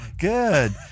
Good